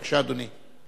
בבקשה, אדוני.